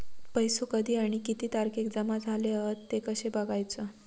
पैसो कधी आणि किती तारखेक जमा झाले हत ते कशे बगायचा?